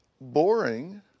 boring